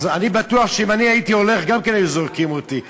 אני בטוח שאם הייתי הולך גם כן היו זורקים אותי.